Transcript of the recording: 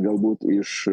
galbūt iš